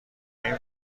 این